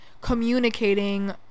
communicating